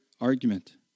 argument